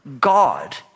God